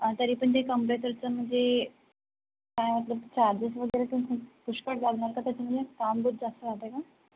आ तरी पण ते कॉम्प्रेसरचं म्हणजे चार्जेस वगैरे पुष्कळ लागणार का त्याच्यामध्ये काम खूप जास्त राहत आहे का